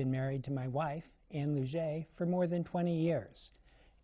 been married to my wife and lives a for more than twenty years